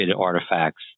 artifacts